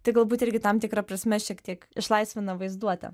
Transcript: tai galbūt irgi tam tikra prasme šiek tiek išlaisvina vaizduotę